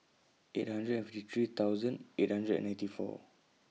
eight hundred fifty three thousand eight hundred and ninety four